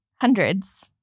hundreds